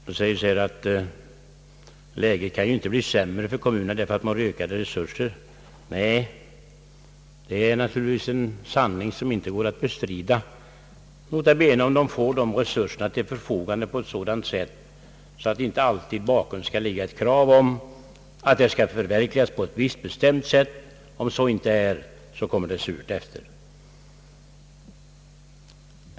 Det sägs att läget inte kan bli sämre för kommunerna därför att de får ökade resurser, Nej, det är naturligtvis en sanning som inte går att bestrida, nota bene om de får resurserna på ett sådant sätt, att det inte alltid ligger bakom ett krav om att förverkliga åtgärden på ett visst bestämt vis och att det, om så inte sker, kommer surt efter.